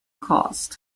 cost